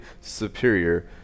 superior